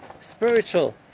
spiritual